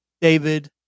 david